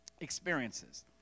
experiences